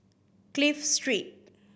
Clive Street